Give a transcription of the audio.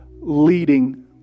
leading